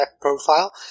profile